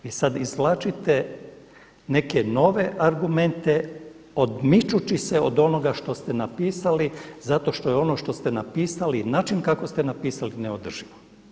Vi sada izvlačite neke nove argumente odmičući se od onoga što ste napisali zato što je ono što ste napisali, način kako ste napisali neodrživo.